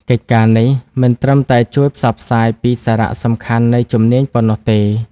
កិច្ចការនេះមិនត្រឹមតែជួយផ្សព្វផ្សាយពីសារៈសំខាន់នៃជំនាញប៉ុណ្ណោះទេ។